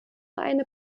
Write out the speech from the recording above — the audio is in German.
eine